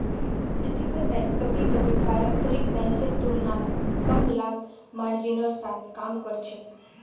ethical bank कभी कभी पारंपरिक बैंकेर तुलनात कम लाभ मार्जिनेर साथ काम कर छेक